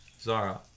Zara